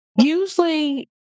usually